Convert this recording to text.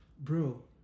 bro